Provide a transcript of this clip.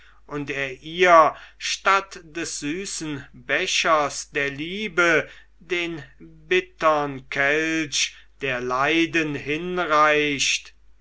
und er ihr statt des süßen bechers der liebe den bittern kelch der leiden hinreicht